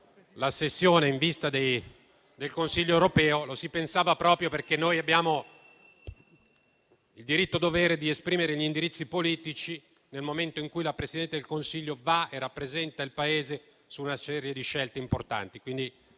sessione in vista del Consiglio europeo era pensata proprio perché noi abbiamo il diritto-dovere di esprimere gli indirizzi politici nel momento in cui la Presidente del Consiglio va e rappresenta il Paese su una serie di scelte importanti.